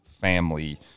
family